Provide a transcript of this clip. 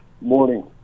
Morning